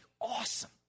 awesome